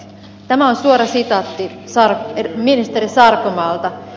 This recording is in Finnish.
tämä on suora sitaatti ministeri sarkomaalta